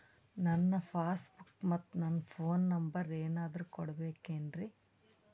ನನ್ನ passbook ಮತ್ ನನ್ನ ಫೋನ್ ನಂಬರ್ ಏನಾದ್ರು ಕೊಡಬೇಕೆನ್ರಿ?